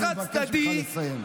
אני מבקש ממך לסיים.